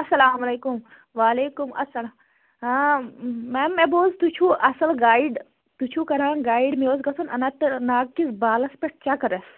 اَسلام علیکُم وعلیکُم اَسلام ہاں میم مےٚ بوٗز تُہۍ چھُو اَصٕل گایڈ تُہۍ چھُو کران گایڈ مےٚ اوس گژھُن اَننت ناگ کِس بالَس پٮ۪ٹھ چَکرَس